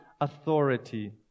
authority